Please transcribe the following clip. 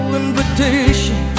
invitation